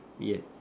yes